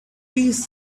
piece